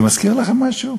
זה מזכיר לכם משהו?